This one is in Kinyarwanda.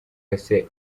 wese